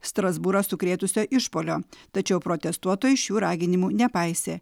strasbūrą sukrėtusio išpuolio tačiau protestuotojai šių raginimų nepaisė